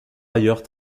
ailleurs